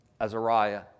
Azariah